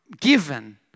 given